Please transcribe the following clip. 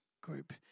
group